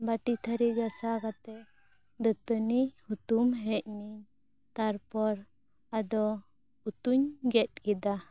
ᱵᱟᱹᱴᱤ ᱛᱷᱟᱨᱤ ᱜᱷᱟᱱ ᱥᱟ ᱣ ᱠᱟᱛᱮᱫ ᱫᱟ ᱛᱟ ᱱᱤ ᱦᱩᱛᱩᱢ ᱦᱮᱡ ᱤᱱᱟᱹᱧ ᱛᱟᱨ ᱯᱚᱨ ᱟᱫᱚ ᱩᱛᱩᱧ ᱜᱮᱫ ᱠᱮᱫᱟ